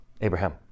Abraham